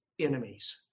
enemies